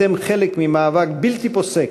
אתם חלק ממאבק בלתי פוסק,